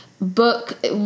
book